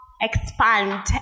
expand